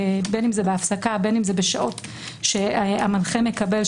בין אם זה בהפסקה או בשעות שהמנחה מקבל,